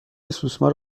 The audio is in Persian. سوسمار